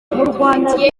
bidufitiye